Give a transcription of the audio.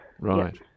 Right